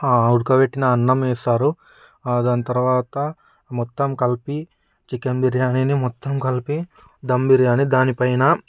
ఉడకబెట్టిన అన్నం వేస్తారు దాని తర్వాత మొత్తం కలిపి చికెన్ బిర్యాని మొత్తం కలిపి దమ్ బిర్యానీని పైన